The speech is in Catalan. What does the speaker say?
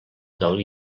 del